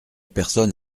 personne